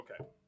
okay